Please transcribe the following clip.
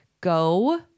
go